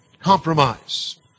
compromise